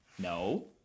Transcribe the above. no